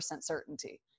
certainty